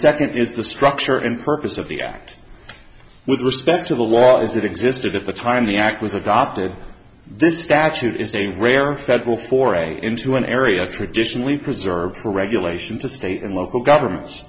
second is the structure and purpose of the act with respect to the law as it existed at the time the act was adopted this statute is a rare federal foray into an area traditionally preserved for regulation to state and local governments